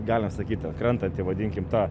galima sakyti krentanti vadinkim tą